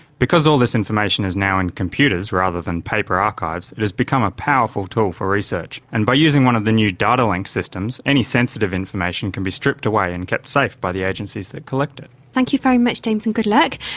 because all this information is now in computers rather than paper archives, it has become a powerful tool for research. and by using one of the new data link systems, any sensitive information can be stripped away and kept safe by the agencies that collect it. thank you very much james, and good luck.